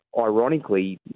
ironically